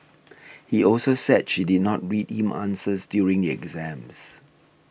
he also said she did not read him answers during exams